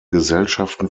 gesellschaften